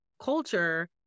culture